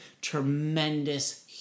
tremendous